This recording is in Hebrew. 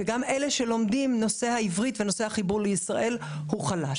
וגם אלה שלומדים נושא העברית ונושא החיבור לישראל חלש.